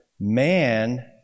man